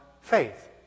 faith